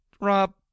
Rob